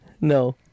No